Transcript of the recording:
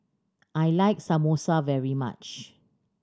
I like Samosa very much